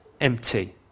empty